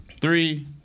three